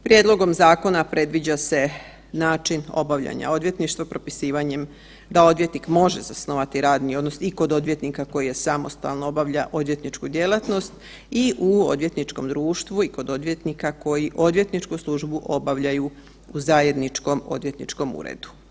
Prijedlogom zakona predviđa se način obavljanja odvjetništva propisivanjem da odvjetnik može zasnovati radni odnos i kod odvjetnika koji samostalno obavlja odvjetničku djelatnost i u odvjetničkom društvu i kod odvjetnika koji odvjetničku službu obavljaju u zajedničkom odvjetničkom uredu.